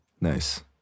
Nice